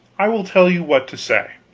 i will tell you what to say.